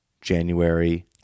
January